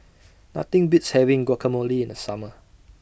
Nothing Beats having Guacamole in The Summer